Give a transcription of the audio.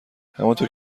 همانطور